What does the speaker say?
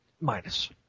Minus